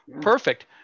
perfect